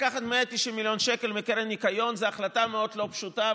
לקחת 190 מיליון שקל מקרן הניקיון זו החלטה מאוד לא פשוטה,